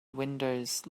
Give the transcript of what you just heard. windows